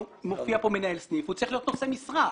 מופיע כאן מנהל סניף, הוא צריך להיות נושא משרה.